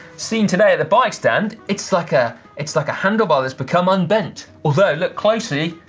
seen today at the bike stand. it's like ah it's like a handle bar that's become unbent. although look closely,